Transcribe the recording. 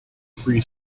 free